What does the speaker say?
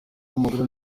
w’amaguru